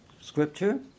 Scripture